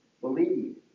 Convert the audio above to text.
believe